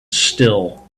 still